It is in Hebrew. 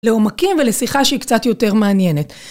לעומקים ולשיחה שהיא קצת יותר מעניינת.